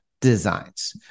designs